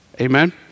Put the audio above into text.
amen